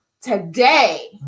today